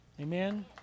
Amen